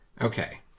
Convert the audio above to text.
Okay